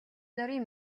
нарын